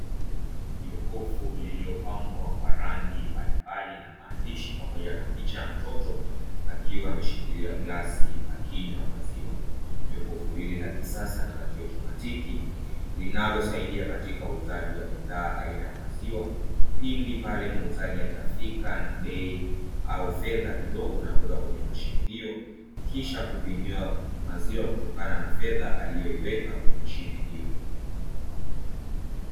Jokofu lililopambwa kwa rangi mbalimbali na maandishi pamoja na picha ya mtoto akiwa ameshikilia glass akinywa maziwa, jokofu hili la kisasa na la kiotomatiki linalosaidia katika uuzaji wa bidhaa aina ya maziwa, pindi pale muuzaji atafika na bei au fedha kidogo na kuweka kwenye mashine hiyo kisha kupimiwa maziwa kutokana na fedha aliyoiweka kwenye mashine hiyo.